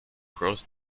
cross